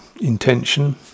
intention